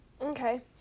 Okay